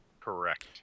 Correct